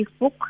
Facebook